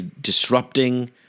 Disrupting